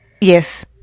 yes